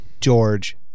George